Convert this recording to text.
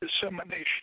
Dissemination